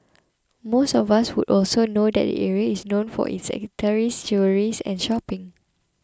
most of us would also know that the area is known for its eateries jewellries and shopping